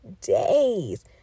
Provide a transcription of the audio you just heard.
days